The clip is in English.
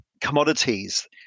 commodities